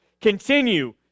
continue